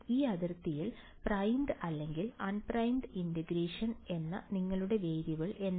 ഈ അതിർത്തിയിൽ പ്രൈംഡ് അല്ലെങ്കിൽ അൺപ്രൈംഡ് ഇന്റഗ്രേഷൻ എന്ന നിങ്ങളുടെ വേരിയബിൾ എന്താണ്